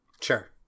Sure